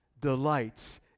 delights